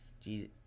Jesus